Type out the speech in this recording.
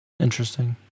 Interesting